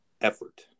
effort